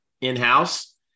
in-house